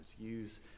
Use